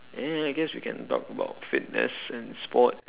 eh I guess we can talk about fitness and sport